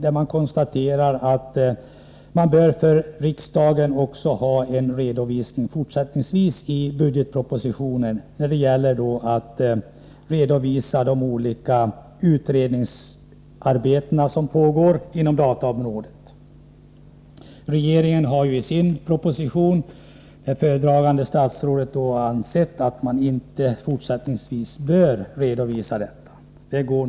Utskottsmajoriteten anser att en redovisning av utredningsarbetet på dataområdet och av användningen av ADB i statsförvaltningen även fortsättningsvis bör ske i budgetpropositionen. — Föredragande statsråd har i propositionen anfört att detta inte fortsättningsvis bör redovisas.